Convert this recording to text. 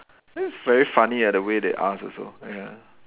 that's very funny ah the way they ask also ah ya